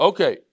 Okay